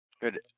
Good